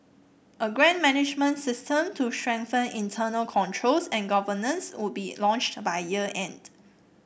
a grant management system to strengthen internal controls and governance would be launched by year end